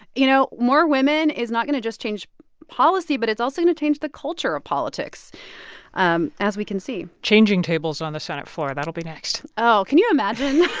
you know, more women is not going to just change policy, but it's also to change the culture of politics um as we can see changing tables on the senate floor that'll be next oh, can you imagine?